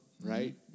Right